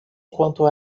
enquanto